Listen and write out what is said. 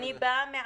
אני באה מעכו,